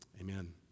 Amen